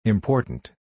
Important